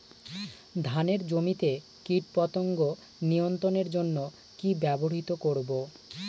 ধানের জমিতে কীটপতঙ্গ নিয়ন্ত্রণের জন্য কি ব্যবহৃত করব?